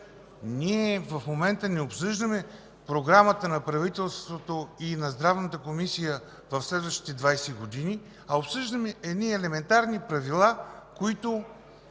– в момента не обсъждаме програмата на правителството и на Здравната комисия в следващите 20 години, а обсъждаме едни елементарни Правила, които